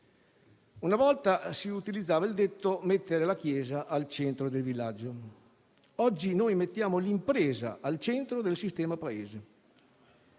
Una volta si utilizzava il detto "mettere la chiesa al centro del villaggio". Oggi noi mettiamo l'impresa al centro del sistema Paese.